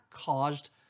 caused